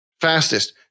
fastest